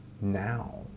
now